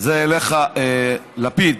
זה אליך, לפיד.